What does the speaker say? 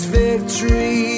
victory